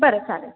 बरं चालेल